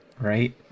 Right